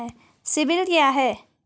CIBIL क्या है?